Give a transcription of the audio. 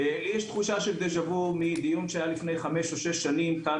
לי יש תחושה של דז'ה וו מדיון שהיה לפני חמש או שש שנים כאן